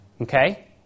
okay